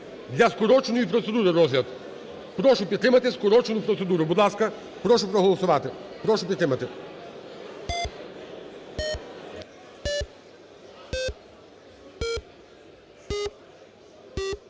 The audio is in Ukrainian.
для скороченої процедури розгляд. Прошу підтримати скорочену процедуру. Будь ласка, прошу проголосувати, прошу підтримати.